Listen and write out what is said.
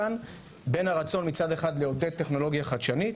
בין הרצון מצד אחד לעודד טכנולוגיה חדשנית